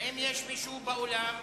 האם יש מישהו באולם